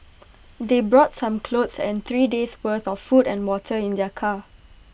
they brought some clothes and three days' worth of food and water in their car